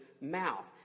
mouth